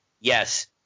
yes